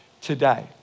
today